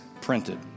printed